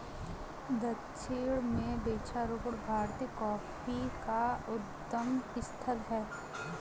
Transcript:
दक्षिण में वृक्षारोपण भारतीय कॉफी का उद्गम स्थल है